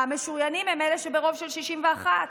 המשוריינים הם ברוב של 61,